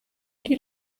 die